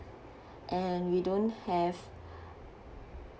and we don't have